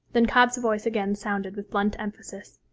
then cobb's voice again sounded with blunt emphasis.